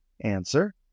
answer